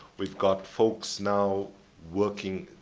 we've got folks now working,